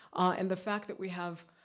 and the fact that we have,